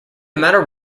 matter